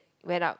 went up